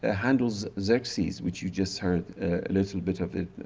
ah handel's xerxes which you just heard a little bit of